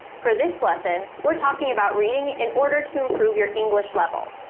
for this lesson, we're talking about reading in order to improve your english level.